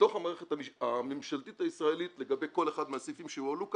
בתוך המערכת הממשלתית הישראלית לגבי כל אחד מהסעיפים שהועלו כאן,